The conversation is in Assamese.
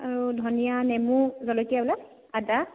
আৰু ধনিয়া নেমু জলকীয়া এইবিলাক আদা